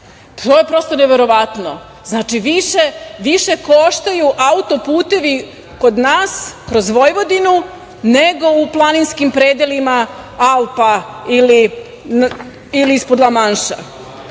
To je, prosto, neverovatno. Znači, više koštaju auto-putevi kod nas, kroz Vojvodinu, nego u planinskim predelima Alpa ili ispod Lamanša.